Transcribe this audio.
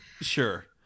sure